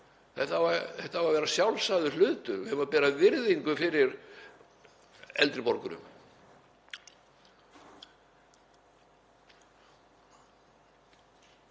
Þetta á að vera sjálfsagður hlutur og við eigum að bera virðingu fyrir eldri borgurum.